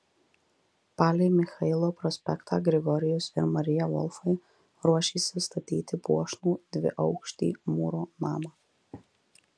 palei michailo prospektą grigorijus ir marija volfai ruošėsi statyti puošnų dviaukštį mūro namą